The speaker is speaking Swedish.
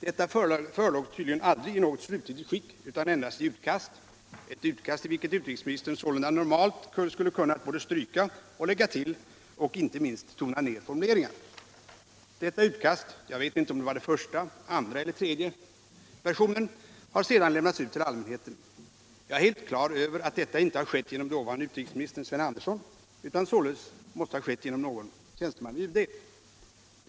Detta förelåg aldrig i något slutgiltigt skick utan endast i utkast — ett utkast i vilket utrikesministern sålunda normalt skulle kunna både stryka och lägga till och inte minst tona ner formuleringar. Detta utkast — jag vet inte om det var den första, andra eller tredje versionen — har sedan lämnats ut till allmänheten. Jag är helt klar med att detta icke har skett genom dåvarande utrikesministern Sven Andersson utan således måste ha skett genom någon tjänsteman vid UD.